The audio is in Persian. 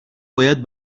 باید